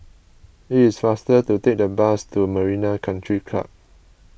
it is faster to take the bus to Marina Country Club